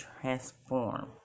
transform